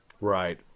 Right